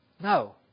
No